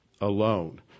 alone